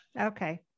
Okay